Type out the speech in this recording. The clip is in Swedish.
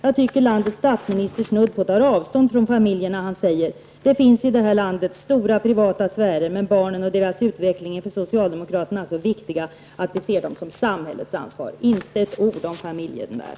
Jag tycker att landets statsminister snudd på tar avstånd från familjen när han säger: Det finns i det här landet stora privata sfärer, men barnen och deras utveckling är för socialdemokraterna så viktiga att vi ser dem som samhällets ansvar. -- Inte ett ord om familjen där!